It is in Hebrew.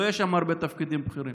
לא יהיו שם הרבה תפקידים בכירים.